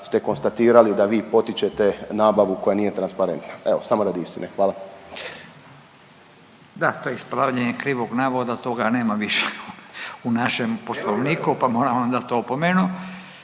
ste konstatirali da vi potičete nabavu koja nije transparentna. Evo samo radi istine. Hvala. **Radin, Furio (Nezavisni)** Da to je ispravljanje krivog navoda, toga nema više u našem Poslovniku pa moram vam dat opomenu.